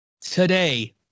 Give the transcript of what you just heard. today